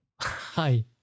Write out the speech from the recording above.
Hi